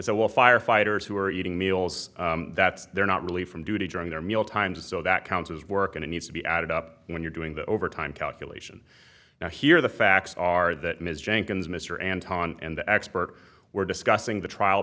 all firefighters who are eating meals that they're not really from duty during their meal times so that counts as work and it needs to be added up when you're doing the overtime calculation here the facts are that ms jenkins mr anton and the expert were discussing the trial